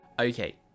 Okay